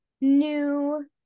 new